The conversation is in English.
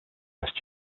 west